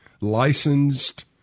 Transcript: licensed